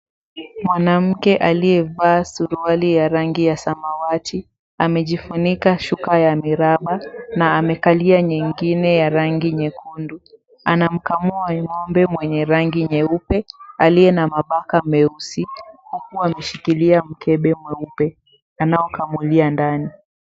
Mwanamke aliyevaa suruali ya rangi ya samawati amejifunika shuka ya miraba na amekalia nyingine ya rangi nyekundu. Anamkamua ng'ombe mwenye rangi nyeupe aliye na mabaka meusi huku ameshikilia mkebe mweupe anaokamulia ndani.